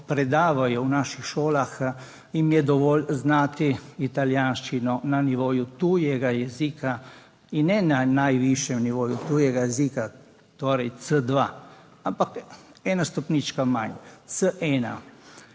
predavajo v naših šolah, dovolj znati italijanščino na nivoju tujega jezika in ne na najvišjem nivoju tujega jezika, torej C2, ampak ena stopnička manj, C1.